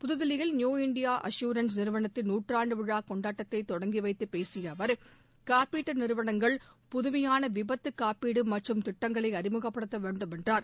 புதுதில்லியில் New India Assurance நிறுவனத்தின் நூற்றாண்டு விழா கொண்டாட்டத்தை தொடங்கி வைத்துப் பேசிய அவர் காப்பீட்டு நிறுவனங்கள் புதுமையாள விபத்து காப்பீடு மற்றும் திட்டங்களை அறிமுகப்படுத்த வேண்டும் என்றார்